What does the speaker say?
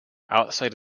outside